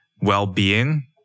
well-being